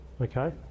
okay